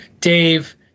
dave